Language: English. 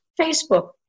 Facebook